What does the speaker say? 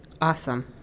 Awesome